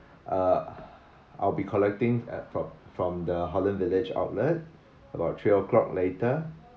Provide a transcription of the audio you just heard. uh I will be collecting uh from from the holland village outlet about three o'clock later